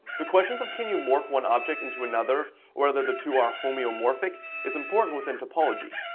the questions of can you morph one object into another whether the two are homeomorphic is important within topology?